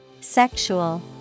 Sexual